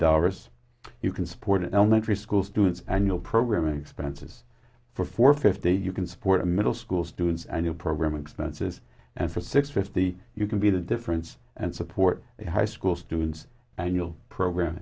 dollars you can support an elementary school students and you'll program expenses for four fifty you can support a middle school students and a program expenses and for six if the you can be the difference and support a high school students and you'll program